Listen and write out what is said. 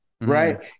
right